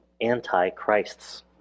anti-Christs